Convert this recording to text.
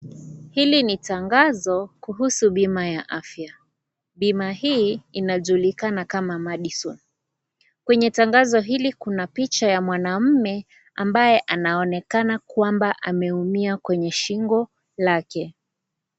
Hili ni tangazo kuhusu bima ya afya. Bima hii inajulikana kama Madison. Kwenye tangazo hili kuna picha ya mwanaume ambaye anaonekana kwamba ameumia kwenye shingo lake.